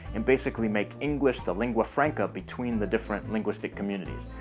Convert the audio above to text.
and basically make english the lingua franca between the different linguistic communities.